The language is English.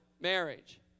marriage